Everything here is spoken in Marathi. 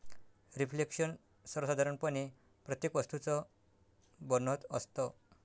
रिफ्लेक्शन सर्वसाधारणपणे प्रत्येक वस्तूचं बनत असतं